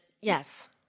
Yes